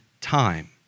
time